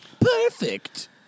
Perfect